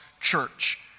church